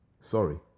Sorry